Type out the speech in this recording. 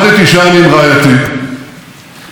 הקירות הדוממים זעקו.